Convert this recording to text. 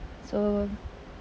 so